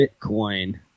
Bitcoin